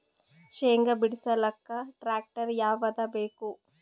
ಶೇಂಗಾ ಬಿಡಸಲಕ್ಕ ಟ್ಟ್ರ್ಯಾಕ್ಟರ್ ಯಾವದ ಬೇಕು?